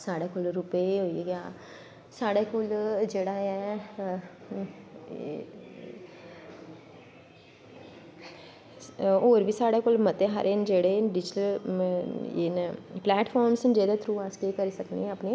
साढ़ै कोल रूपे होईया साढ़ै कोल जेह्ड़ा ऐ होर बी साढ़ै कोल मते सारे न जेह्ड़े डिज़टल एह् न प्लेटफार्मस न जेह्दे थ्रू अस केह् करी सकने अपनी